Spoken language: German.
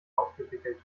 aufgewickelt